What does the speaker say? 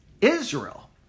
Israel